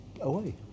away